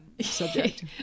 subject